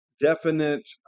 definite